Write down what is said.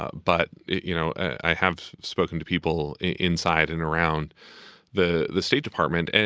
ah but, you know, i have spoken to people inside and around the the state department. and